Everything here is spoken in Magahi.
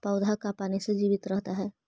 पौधा का पाने से जीवित रहता है?